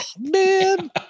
man